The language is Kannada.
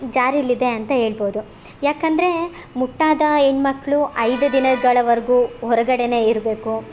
ಜಾರೀಲಿದೆ ಅಂತ ಹೇಳ್ಬೋದು ಯಾಕಂದರೆ ಮುಟ್ಟಾದ ಹೆಣ್ ಮಕ್ಕಳು ಐದು ದಿನಗಳವರೆಗೂ ಹೊರಗಡೆನೇ ಇರಬೇಕು